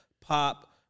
pop